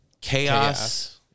chaos